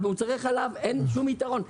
במוצרי חלב אין שום יתרון.